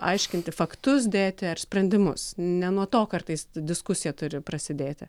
aiškinti faktus dėti ar sprendimus ne nuo to kartais diskusija turi prasidėti